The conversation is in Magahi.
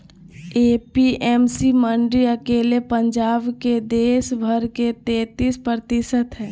ए.पी.एम.सी मंडी अकेले पंजाब मे देश भर के तेतीस प्रतिशत हई